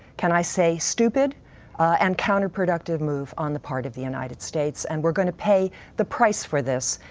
can i say stupid and counterproductive move on the part of the united states, and we're going to pay the price for this.